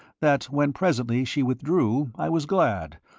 that when presently she withdrew i was glad,